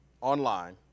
online